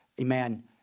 Amen